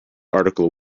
article